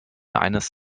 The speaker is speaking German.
eines